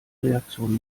reaktion